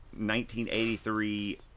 1983